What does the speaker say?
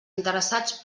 interessats